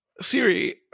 Siri